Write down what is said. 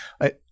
I-